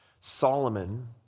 Solomon